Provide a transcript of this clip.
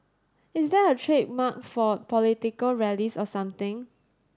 is that her trademark for political rallies or something